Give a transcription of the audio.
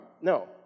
No